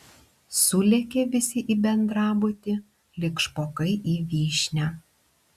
sulėkė visi į bendrabutį lyg špokai į vyšnią